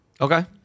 Okay